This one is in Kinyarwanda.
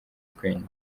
twenyine